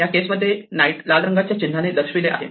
या केस मध्ये नाईट लाल रंगाच्या चिन्हाने ने दर्शवले आहे